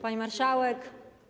Pani Marszałek!